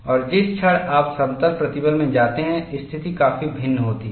और जिस क्षण आप समतल प्रतिबल में जाते हैं स्थिति काफी भिन्न होती है